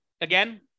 again